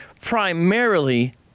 primarily